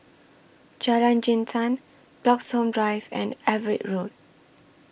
Jalan Jintan Bloxhome Drive and Everitt Road